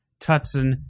Tutson